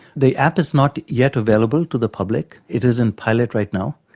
the app is not yet available to the public, it is in pilot right now.